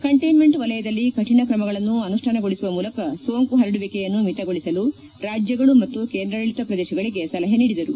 containment ವಲಯದಲ್ಲಿ ಕಠಿಣಕ್ರಮಗಳನ್ನು ಅನುಷ್ಠಾನಗೊಳಿಸುವ ಮೂಲಕ ಸೋಂಕು ಹರಡುವಿಕೆಯನ್ನು ಮಿತಗೊಳಿಸಲು ರಾಜ್ಯಗಳು ಮತ್ತು ಕೇಂದ್ರಾದಳಿತ ಪ್ರದೇಶಗಳಿಗೆ ಸಲಹೆ ನೀಡಿದರು